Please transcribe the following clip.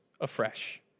afresh